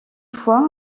fois